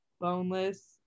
Boneless